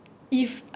if